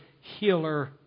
healer